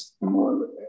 more